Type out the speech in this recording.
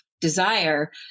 desire